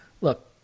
look